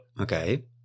okay